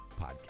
podcast